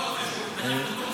אנחנו כבר